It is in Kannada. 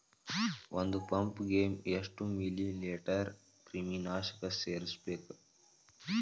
ಒಂದ್ ಪಂಪ್ ಗೆ ಎಷ್ಟ್ ಮಿಲಿ ಲೇಟರ್ ಕ್ರಿಮಿ ನಾಶಕ ಸೇರಸ್ಬೇಕ್?